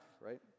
right